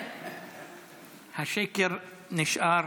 השקר נשאר